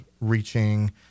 reaching